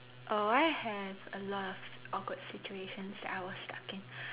oh I have a lot of awkward situations that I was stuck in